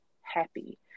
happy